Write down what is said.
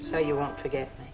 so you want to get